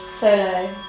solo